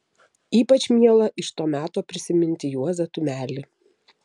ypač miela iš to meto prisiminti juozą tumelį